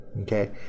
Okay